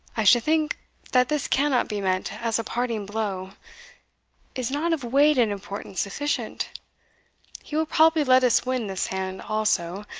i should think that this cannot be meant as a parting blow is not of weight and importance sufficient he will probably let us win this hand also,